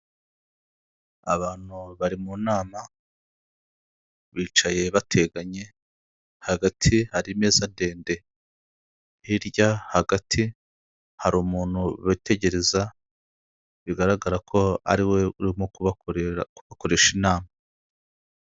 Abantu bari mu nama, bicaye bateganye hagati hari imeza ndende, hirya, hagati hari umuntu bitegereza bigaragara ko ariwe urimo kubakorera, kubakoresha inama.